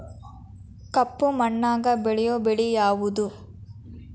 ಕಪ್ಪು ಮಣ್ಣಾಗ ಬೆಳೆಯೋ ಬೆಳಿ ಯಾವುದು?